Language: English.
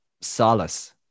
solace